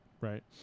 right